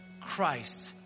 Christ